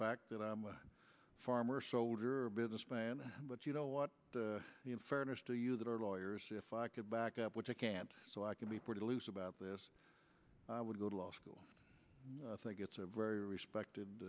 fact that i'm a farmer a soldier or businessman but you know the in fairness to you that are lawyers if i could back up which i can't so i can be pretty loose about this i would go to law school i think it's a very respected